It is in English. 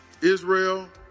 Israel